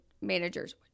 manager's